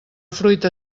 fruita